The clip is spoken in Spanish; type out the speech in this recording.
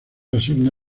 asigna